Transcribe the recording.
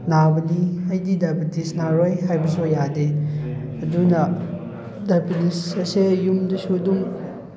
ꯅꯥꯕꯗꯤ ꯑꯩꯗꯤ ꯗꯥꯏꯕꯇꯤꯁ ꯅꯥꯔꯣꯏ ꯍꯥꯏꯕꯁꯨ ꯌꯥꯗꯦ ꯑꯗꯨꯅ ꯗꯥꯏꯕꯇꯤꯁ ꯑꯁꯦ ꯌꯨꯝꯗꯁꯨ ꯑꯗꯨꯝ